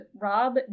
Rob